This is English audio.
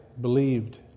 believed